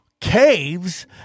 caves